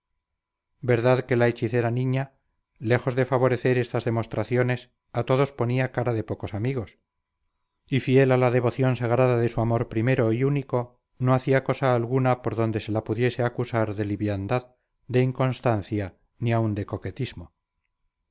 verdad que la hechicera niña lejos de favorecer estas demostraciones a todos ponía cara de pocos amigos y fiel a la devoción sagrada de su amor primero y único no hacía cosa alguna por donde se la pudiese acusar de liviandad de inconstancia ni aun de coquetismo